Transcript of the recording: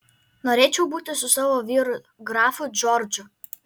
norėčiau būti su savo vyru grafu džordžu